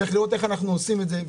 צריך לראות איך אנחנו עושים את זה.